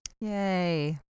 Yay